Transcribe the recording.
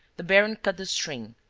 the baron cut the string,